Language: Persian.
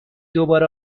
دوباره